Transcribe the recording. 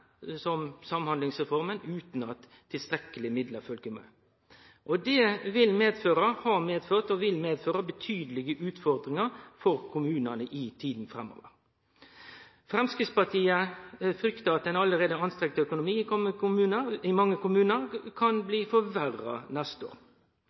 som Samhandlingsreforma, utan at tilstrekkelege midlar har følgt med. Det har medført – og vil medføre – betydelege utfordringar for kommunane i tida framover. Framstegspartiet fryktar at ein allereie anstrengt økonomi i mange kommunar kan